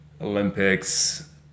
Olympics